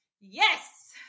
Yes